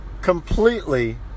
completely